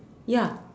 ya